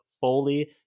fully